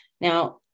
Now